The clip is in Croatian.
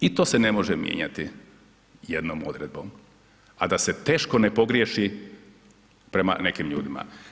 I to se ne može mijenjati jednom odredbom, a da se teško ne pogriješi prema nekim ljudima.